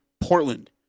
Portland